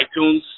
iTunes